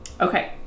Okay